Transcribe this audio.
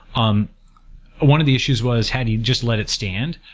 um one of the issues was had he just let it stand,